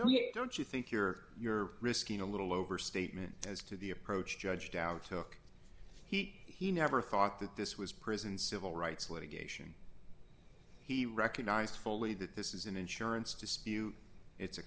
mcknight don't you think you're you're risking a little overstatement as to the approach judge dow took he he never thought that this was prison civil rights litigation he recognized fully that this is an insurance dispute it's a